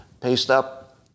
paste-up